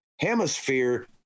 hemisphere